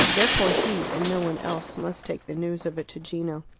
therefore he, and no one else, must take the news of it to gino.